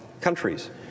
countries